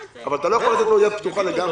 אבל אתה לא יכול לתת לו יד פתוחה לגמרי.